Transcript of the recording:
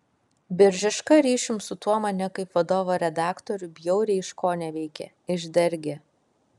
biržiška ryšium su tuo mane kaip vadovo redaktorių bjauriai iškoneveikė išdergė